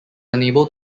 unable